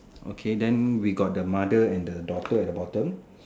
okay then we got the mother and the daughter at the bottom